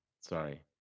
Sorry